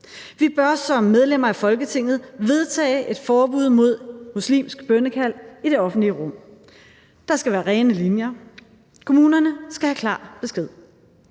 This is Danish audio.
Vi bør som medlemmer af Folketinget vedtage et forbud mod muslimsk bønnekald i det offentlige rum. Der skal være rene linjer. Kommunerne skal have klar besked.